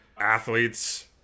athletes